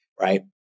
right